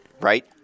right